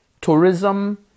Tourism